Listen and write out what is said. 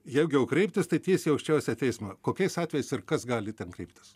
jeigu jau kreiptis tiesiai į aukščiausią teismą kokiais atvejais ir kas gali ten kreiptis